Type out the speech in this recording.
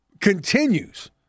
continues